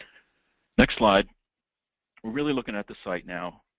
next slide. we're really looking at the site now.